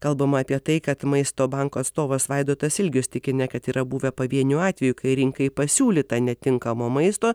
kalbama apie tai kad maisto banko atstovas vaidotas ilgius tikina kad yra buvę pavienių atvejų kai rinkai pasiūlyta netinkamo maisto